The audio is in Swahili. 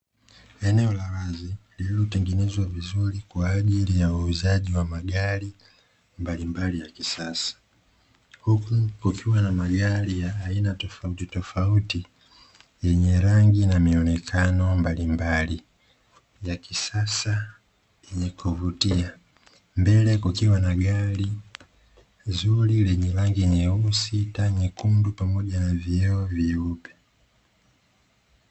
Eneo la wazi lililotengenezwa vizuri kwa ajili ya wauzaji wa magari mbalimbali ya kisasa, huku kukiwa na magari ya aina tofautitofauti yenye rangi na mionekano mbalimbali ya kisasa yenye kuvutia. Mbele kukiwa na gari zuri lenye rangi nyeusi, taa nyekundu pamoja na vioo vyeupe.